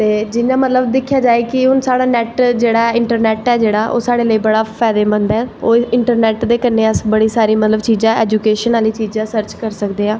जियां हुन दिक्खेआ जाए ते साढ़ा नैट ऐ जेह्ड़ा इंट्रनैट ऐ एह् साढ़े लेई बड़ा जादा स्हेई ऐ ते इंट्रनैट दे कन्नैं अस बड़ी सारी चीज़ां मतलव एजुकेशन सर्च करी सकदे आं